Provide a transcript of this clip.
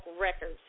records